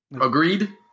Agreed